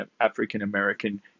African-American